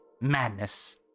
madness